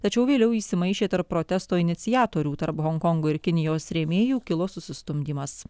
tačiau vėliau įsimaišė tarp protesto iniciatorių tarp honkongo ir kinijos rėmėjų kilo susistumdymas